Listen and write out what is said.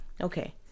Okay